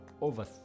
over